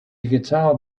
guitar